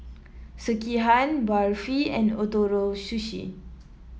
Sekihan Barfi and Ootoro Sushi